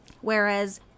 Whereas